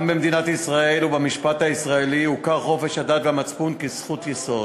גם במדינת ישראל ובמשפט הישראלי הוכר חופש הדת והמצפון כזכות יסוד,